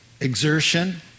Exertion